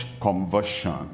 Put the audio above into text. conversion